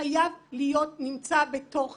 חייב להימצא בתוך המשרד,